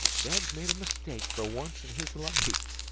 dad's made a mistake fer once in his life.